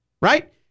right